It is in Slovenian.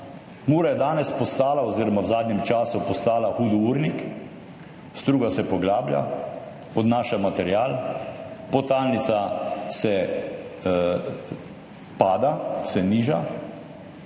Mura je danes oziroma v zadnjem času postala hudournik, struga se poglablja, odnaša material, podtalnica pada, se niža